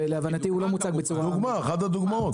ולהבנתי הוא לא מוצג בצורה --- אחת הדוגמאות.